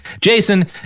Jason